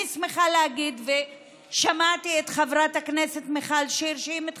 אני שמחה להגיד ששמעתי את חברת הכנסת מיכל שיר אומרת